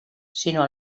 sinó